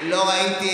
תפסיק להאמין להם.